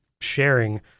sharing